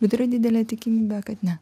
bet yra didelė tikimybė kad ne